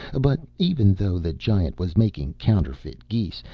but even though the giant was making counterfeit geese,